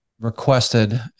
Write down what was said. requested